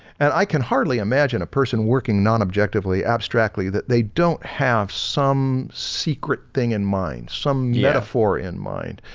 and i can hardly imagine a person working non objectively abstractly that they don't have some secret thing in mind, some yeah metaphor in mind.